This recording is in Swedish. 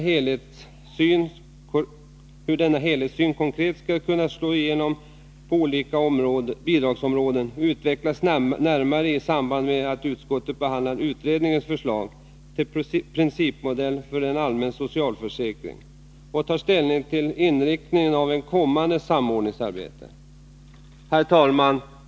Hur denna helhetssyn konkret skall kunna slå igenom på olika bidragsområden utvecklas närmare i samband med att utskottet behandlar utredningens förslag till principmodell för en allmän socialförsäkring och tar ställning till inriktningen av ett kommande samordningsarbete. Herr talman!